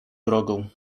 drogą